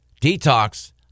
detox